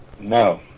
No